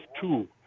two